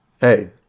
hey